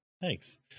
thanks